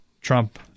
Trump